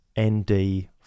nd